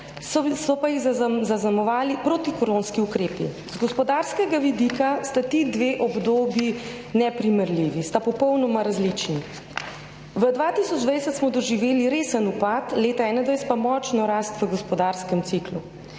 so jih pa zaznamovali protikoronski ukrepi. Z gospodarskega vidika sta ti dve obdobji neprimerljivi, sta popolnoma različni. V letu 2020 smo doživeli resen upad, leta 2021 pa močno rast v gospodarskem ciklu.